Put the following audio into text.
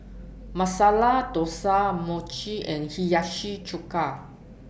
Masala Dosa Mochi and Hiyashi Chuka